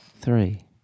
Three